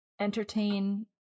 entertain